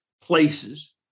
places